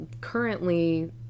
currently